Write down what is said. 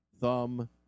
thumb